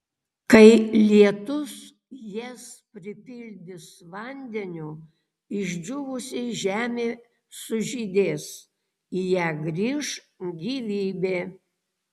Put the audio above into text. kai lietus jas pripildys vandeniu išdžiūvusi žemė sužydės į ją grįš gyvybė